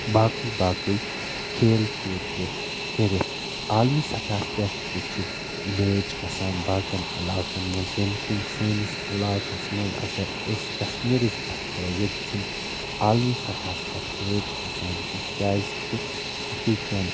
باقٕے باقٕے کھیل کوٗد تہِ کٔرِتھ عالمی سطحس پٮ۪ٹھ تہِ چھِ میچ گژھان باقِیٚن علاقن منٛز ییٚمہِ کِنۍ سٲنس علاقس منٛز اگر أسۍ کشمیٖرٕچ کتھ کرو ییٚتہِ چھِ نہٕ عالمی سطحس پٮ۪ٹھ میچ گژھان کیٚنہہ کیازِ کہِ ییٚتہِ چن